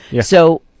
So-